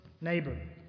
neighbor